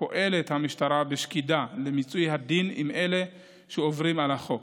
פועלת המשטרה בשקידה למיצוי הדין עם אלה שעוברים על החוק.